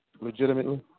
legitimately